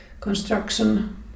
construction